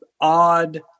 odd